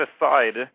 aside